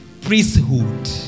priesthood